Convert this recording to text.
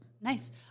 Nice